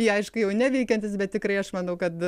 jie aišku jau neveikiantys bet tikrai aš manau kad